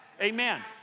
Amen